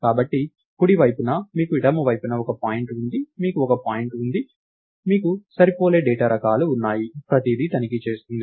కాబట్టి కుడి వైపున మీకు ఎడమ వైపున ఒక పాయింట్ ఉంది మీకు ఒక పాయింట్ ఉంది మీకు సరిపోలే డేటా రకాలు ఉన్నాయి ప్రతిదీ తనిఖీ చేస్తుంది